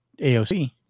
AOC